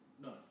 No